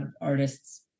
artists